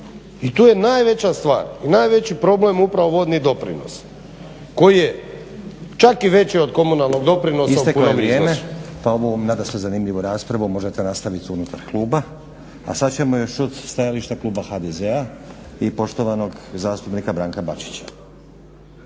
I to je najveća stvar i najveći problem upravo vodni doprinos koji je čak i veći od komunalnog doprinosa u punom iznosu. **Stazić, Nenad (SDP)** Isteklo je vrijeme pa ovu nadasve zanimljivu raspravu možete nastaviti unutar kluba. A sad ćemo još čuti stajališta kluba HDZ-a i poštovanog zastupnika Branka Bačića.